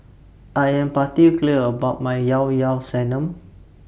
I Am particular about My Yao Yao Sanum